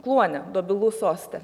kluone dobilų soste